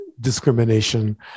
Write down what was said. discrimination